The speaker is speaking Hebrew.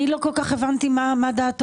לא כל כך הבנתי מה דעתו.